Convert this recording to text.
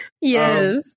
Yes